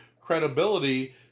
credibility